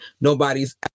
Nobody's